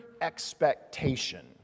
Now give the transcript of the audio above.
expectation